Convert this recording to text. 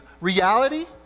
reality